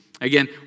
Again